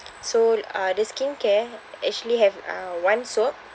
so uh the skincare actually have uh one soap